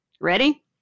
Ready